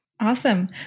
Awesome